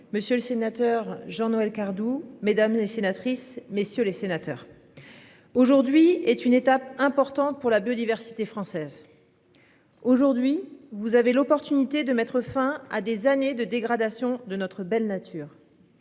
Monsieur le sénateur Jean-Noël Cardoux mesdames les sénatrices messieurs les sénateurs. Aujourd'hui est une étape importante pour la biodiversité française. Aujourd'hui vous avez l'opportunité de mettre fin à des années de dégradation de notre belle nature.